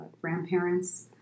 grandparents